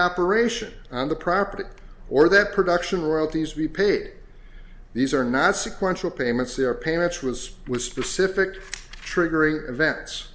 operation on the property or that production royalties be pig these are not sequential payments they are payments was with specific triggering events